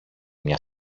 μια